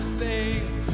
saves